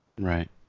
Right